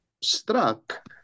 struck